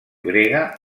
grega